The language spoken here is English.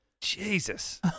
Jesus